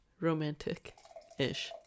romantic-ish